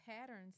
patterns